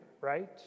right